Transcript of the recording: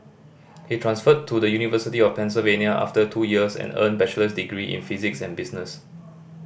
he transferred to the University of Pennsylvania after two years and earned bachelor's degrees in physics and business